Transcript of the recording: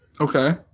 Okay